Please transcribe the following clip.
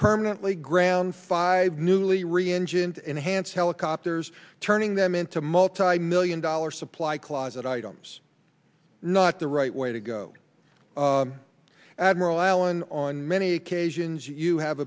permanently ground five newly reengineer enhanced helicopters turning them into multimillion dollar supply closet items not the right way to go admiral allen on many occasions you have